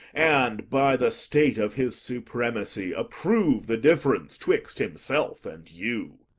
and, by the state of his supremacy, approve the difference twixt himself and you.